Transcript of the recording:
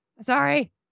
Sorry